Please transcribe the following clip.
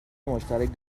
مشترک